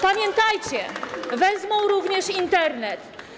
Pamiętajcie: wezmą również Internet.